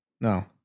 no